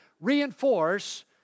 reinforce